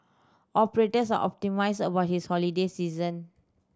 operators are optimistic about his holiday season